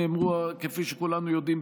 כפי שכולנו יודעים,